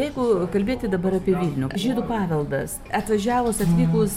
jeigu kalbėti dabar apie vilnių žydų paveldas atvažiavus atvykus